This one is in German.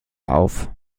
auf